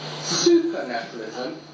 Supernaturalism